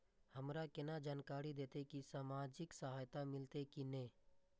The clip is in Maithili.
हमरा केना जानकारी देते की सामाजिक सहायता मिलते की ने?